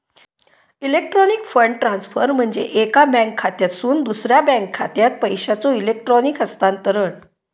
electronic fund transfer म्हणजे एका bank खात्यातसून दुसरा बँक खात्यात पैशांचो इलेक्ट्रॉनिक हस्तांतरण